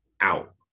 out